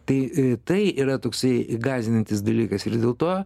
tai e tai yra toksai gąsdinantis dalykas ir dėl to